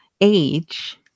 age